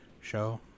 show